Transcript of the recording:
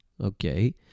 okay